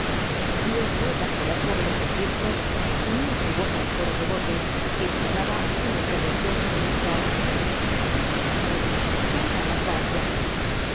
luego bajo las bóvedas del templo unía su voz al coro devoto que imploraba una intervención sobrenatural señor salva á la francia